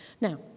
Now